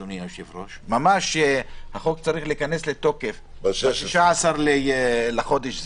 אדוני היושב-ראש החוק צריך להיכנס לתוקף ב-16 בחודש זה.